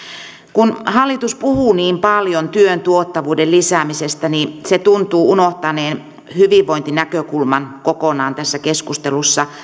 kun hallitus puhuu niin paljon työn tuottavuuden lisäämisestä niin se tuntuu unohtaneen hyvinvointinäkökulman kokonaan tässä keskustelussa